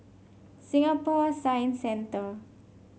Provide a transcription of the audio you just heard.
Singapore Science Centre